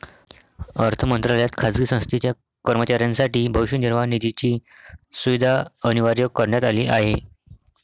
अर्थ मंत्रालयात खाजगी संस्थेच्या कर्मचाऱ्यांसाठी भविष्य निर्वाह निधीची सुविधा अनिवार्य करण्यात आली आहे